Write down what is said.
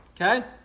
Okay